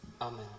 Amen